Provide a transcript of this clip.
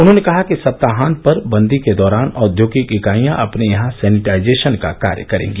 उन्होंने कहा कि सप्ताहांत पर बंदी के दौरान औद्योगिक इकाइयां अपने यहां सैनिटाइजेशन का कार्य करेंगी